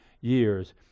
years